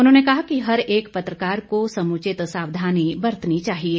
उन्होंने कहा कि हर एक पत्रकार को समुचित सावधानी बरतनी चाहिये